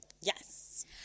Yes